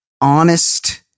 honest